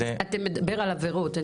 אתה מדבר על עברות.